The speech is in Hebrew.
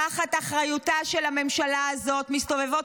תחת אחריותה של הממשלה הזאת מסתובבות